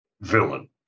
villain